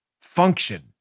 function